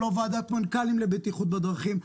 אין ועדת מנכ"לים לבטיחות בדרכים.